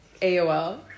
AOL